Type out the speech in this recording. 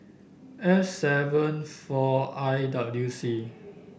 F seven four I W C